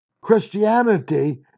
Christianity